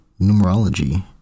numerology